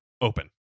open